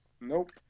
Nope